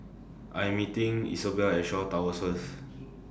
I'm meeting Isobel At Shaw Towers First